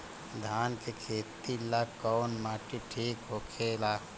धान के खेती ला कौन माटी ठीक होखेला?